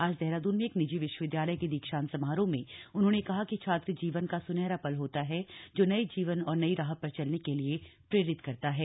आज देहरादून में एक निजी विश्वविद्यालय के दीक्षांत समारोह में उन्होंने कहा कि छात्र जीवन का सुनहरा पल होता है जो नये जीवन और नई राह पर चलने के लिए प्रेरित करता है